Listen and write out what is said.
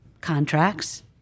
contracts